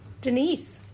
Denise